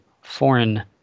foreign